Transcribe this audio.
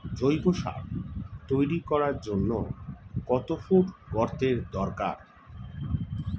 জৈব সার তৈরি করার জন্য কত ফুট গর্তের দরকার?